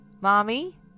Mommy